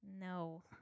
No